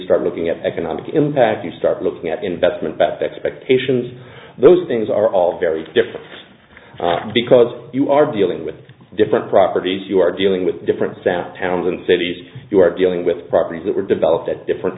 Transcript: start looking at economic impact you start looking at investment but the expectations those things are all very different because you are dealing with different properties you're dealing with different sounds towns and cities you are dealing with properties that were developed at different